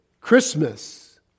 Christmas